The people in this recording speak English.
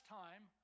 time